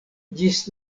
ĝis